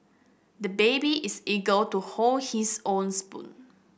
the baby is eager to hold his own spoon